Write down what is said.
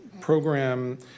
program